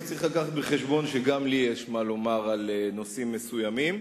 צריך להביא בחשבון שגם לי יש מה לומר על נושאים מסוימים.